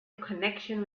connection